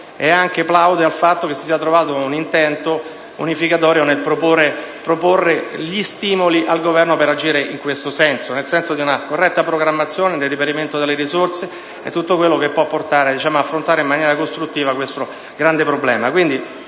anche al fatto che si sia trovato un intento unificatorio nel proporre stimoli al Governo per agire nel senso di una corretta programmazione di reperimento delle risorse e di tutto quanto possa portare ad affrontare in maniera costruttiva questo grande problema.